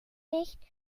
nicht